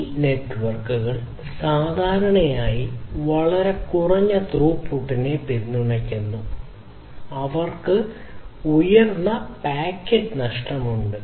ഈ നെറ്റ്വർക്കുകൾ സാധാരണയായി വളരെ കുറഞ്ഞ ത്രൂപുട്ടിനെ പിന്തുണയ്ക്കുന്നു അവർക്ക് ഉയർന്ന പാക്കറ്റ് നഷ്ടമുണ്ട്